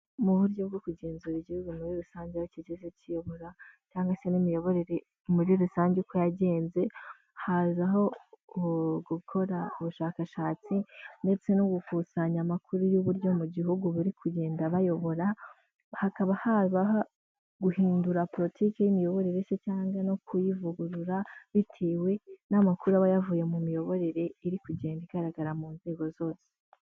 Mu buryo bwo kugenzura igihugu muri rusange aho kigeze kiyobora, cyangwa se n'imiyoborere muri rusange uko yagenze, hazaho gukora ubushakashatsi ndetse no gukusanya amakuru y'uburyo mu gihugu bari kugenda bayobora, hakaba habaho guhindura polutike y'imiyoborere se cyangwa no kuyivugurura, bitewe n'amakuru aba yavuye mu miyoborere iri kugenda igaragara mu nzego zose.